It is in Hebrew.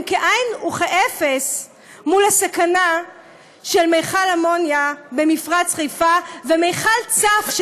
הם כאין וכאפס מול הסכנה של מכל אמוניה במפרץ חיפה ומכל צף בנמל חיפה,